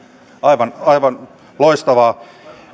aivan aivan loistavaa